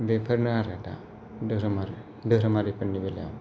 बेफोरनो आरो दा दोहोरोमारिफोरनि बेलायाव